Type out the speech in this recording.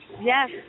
Yes